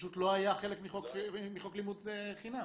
פשוט לא היה חלק מחוק לימוד חובה.